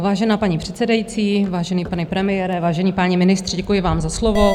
Vážená paní předsedající, vážený pane premiére, vážení páni ministři, děkuji za slovo.